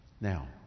Now